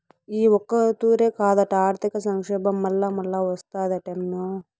ఈ ఒక్కతూరే కాదట, ఆర్థిక సంక్షోబం మల్లామల్లా ఓస్తాదటమ్మో